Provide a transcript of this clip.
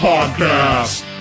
Podcast